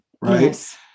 right